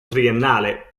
triennale